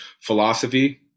philosophy